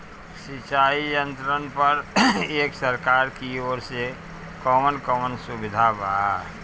सिंचाई यंत्रन पर एक सरकार की ओर से कवन कवन सुविधा बा?